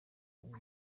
ubu